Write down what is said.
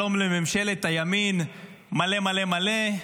שלום לממשלת הימין מלא-מלא-מלא.